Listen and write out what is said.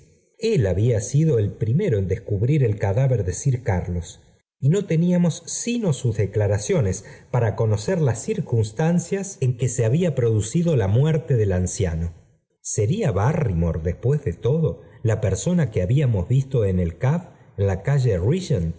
el había sido el ijprimero en descubrir el cadáver de sir carlos y jtk teníamos sino sus declaraciones para conocer ae circunstancias en que se había producido la muerte del anciano sería bartymoré de todo ía persona que habíamos visto en en la calle